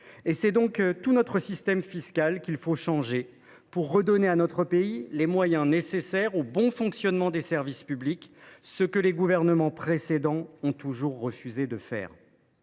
C’est donc tout notre système fiscal qu’il faut changer pour redonner à notre pays les moyens nécessaires au bon fonctionnement de ses services publics, ce que les gouvernements précédents ont toujours refusé de faire.